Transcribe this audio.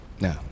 No